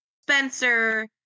Spencer